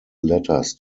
letters